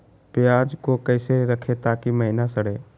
प्याज को कैसे रखे ताकि महिना सड़े?